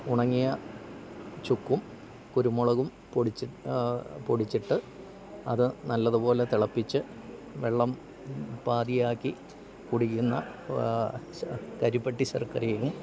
ഉണങ്ങിയ ചുക്കും കുരുമുളകും പൊടിച്ച് പൊടിച്ചിട്ട് അത് നല്ലതുപോലെ തിളപ്പിച്ച് വെള്ളം പാതിയാക്കി കുടിക്കുന്ന കരിപ്പെട്ടി ശർക്കരയും